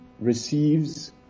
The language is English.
receives